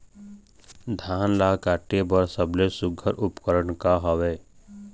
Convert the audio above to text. धान ला काटे बर सबले सुघ्घर उपकरण का हवए?